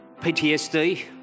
PTSD